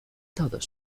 todos